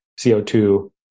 CO2